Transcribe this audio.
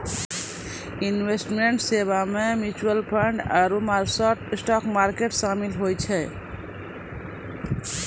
investment सेबा मे mutual fund आरु स्टाक मार्केट शामिल होय छै